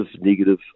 negative